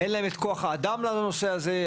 אין להן את כוח האדם לנושא הזה,